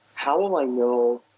how will i know,